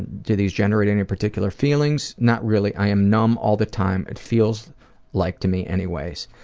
do these generate any particular feelings not really. i am numb all the time, it feels like to me anyways.